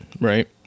right